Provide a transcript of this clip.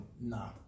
Nah